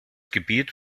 gebiet